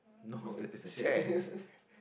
oh is the chairs